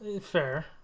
fair